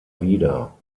wieder